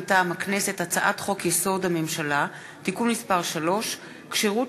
מטעם הכנסת: הצעת חוק-יסוד: הממשלה (תיקון מס' 3) (כשירות